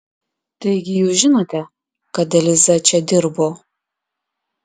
taigi jūs žinote kad eliza čia dirbo